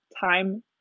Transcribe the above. Time